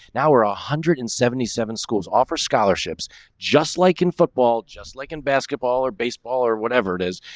now we're, ah, one hundred and seventy seven schools offer scholarships just like in football, just like in basketball or baseball or whatever it is,